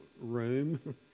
room